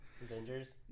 Avengers